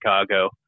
Chicago